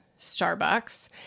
Starbucks